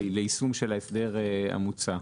ליישום של ההסדר המוצע.